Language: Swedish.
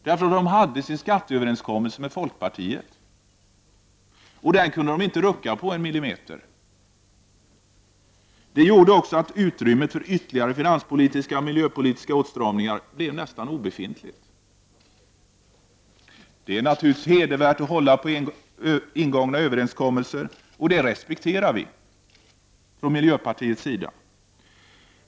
De har sin skatteöverenskommelse med folkpartiet, och den kunde de inte rucka på en millimeter. Det gjorde också utrymmet för ytterligare finanspolitiska och miljöpolitiska åtstramningar blev nästan obefintligt. Det är naturligtvis hedervärt att hålla ingångna överenskommelser, och det respekterar vi från miljöpartiets sida.